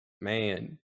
Man